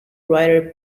writer